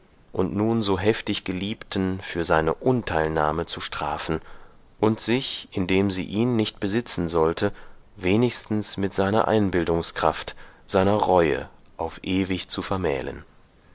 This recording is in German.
und nun so heftig geliebten für seine unteilnahme zu strafen und sich indem sie ihn nicht besitzen sollte wenigstens mit seiner einbildungskraft seiner reue auf ewig zu vermählen